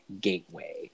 gateway